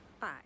Bye